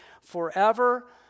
forever